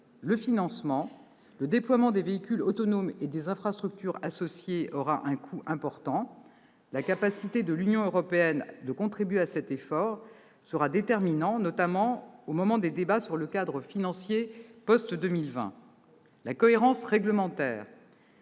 le financement. Le déploiement des véhicules autonomes et des infrastructures associées aura un coût important. La capacité de l'Union européenne à contribuer à cet effort sera déterminante, notamment au moment des débats sur le cadre financier post-2020. La deuxième